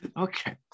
Okay